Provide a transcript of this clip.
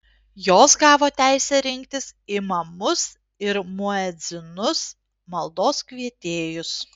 jos gavo teisę rinktis imamus ir muedzinus maldos kvietėjus